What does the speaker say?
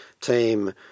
team